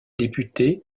députée